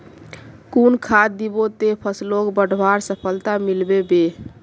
कुन खाद दिबो ते फसलोक बढ़वार सफलता मिलबे बे?